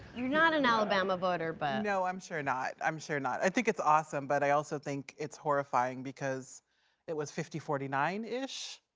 you're not an alabama voter but. no, i'm sure not, i'm sure not. i think it's awesome, but i also think it's horrifying because it was fifty forty nine ish.